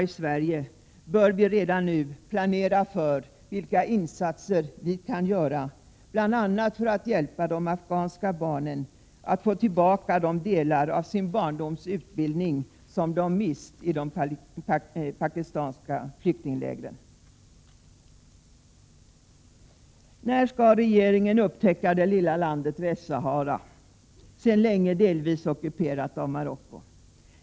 I Sverige bör vi redan nu planera för vilka insatser vi kan göra för att bl.a. hjälpa de afghanska barnen att få tillbaka de delar av sin barndoms utbildning som de mist i de pakistanska flyktinglägren. När skall den svenska regeringen upptäcka det lilla landet Västsahara, sedan länge delvis ockuperat av Marocko?